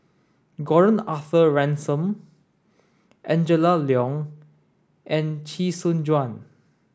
Gordon Arthur Ransome Angela Liong and Chee Soon Juan